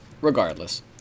Regardless